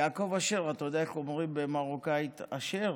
יעקב אשר, אתה יודע איך אומרים במרוקאית אשר?